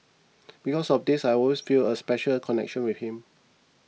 because of this I always feel a special a connection with him